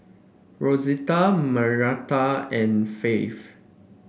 Rozella Margaretta and Faith